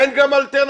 אין גם אלטרנטיבות,